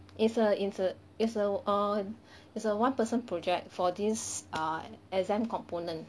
is a is a is a uh is a one person project for this err exam component